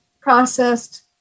processed